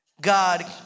God